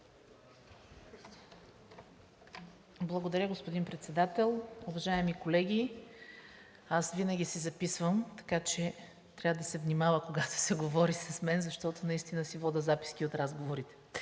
Благодаря, господин Председател. Уважаеми колеги, аз винаги си записвам, така че трябва да се внимава, когато се говори с мен, защото наистина си водя записки от разговорите.